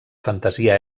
fantasia